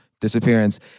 disappearance